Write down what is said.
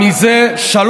לא אמרת שתיים,